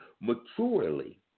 maturely